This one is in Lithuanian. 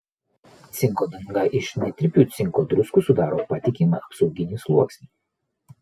cinko danga iš netirpių cinko druskų sudaro patikimą apsauginį sluoksnį